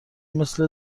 مثل